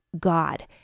God